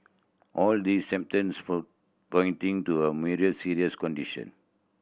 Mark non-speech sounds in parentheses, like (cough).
all these symptoms (unintelligible) pointing to a (unintelligible) serious condition